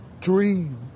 dream